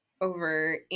over